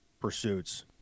pursuits